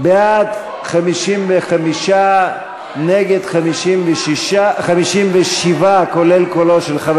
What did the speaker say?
בעד, 55, נגד, 57, כולל קולו של חבר